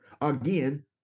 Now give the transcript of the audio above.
Again